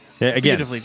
again